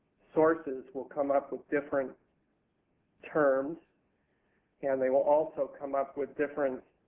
sources will come up with different terms and they will also come up with different